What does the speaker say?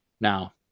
Now